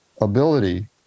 ability